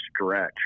stretch